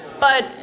but-